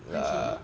okay